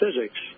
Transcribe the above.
physics